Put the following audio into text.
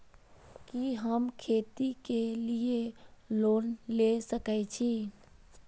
कि हम खेती के लिऐ लोन ले सके छी?